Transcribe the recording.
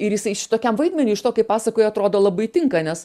ir jisai šitokiam vaidmeniui iš to kaip pasakoji atrodo labai tinka nes